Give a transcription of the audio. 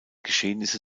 geschehnisse